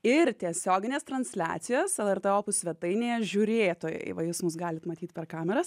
ir tiesioginės transliacijos lrt opus svetainėje žiūrėtojai va jūs mus galit matyt per kameras